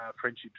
friendships